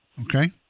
okay